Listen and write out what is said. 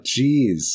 Jeez